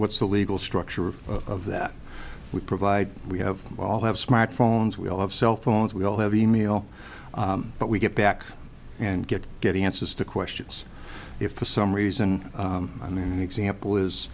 what's the legal structure of that we provide we have you all have smartphones we all have cell phones we all have e mail but we get back and get getting answers to questions if for some reason i mean an example is